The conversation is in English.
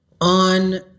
on